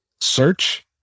search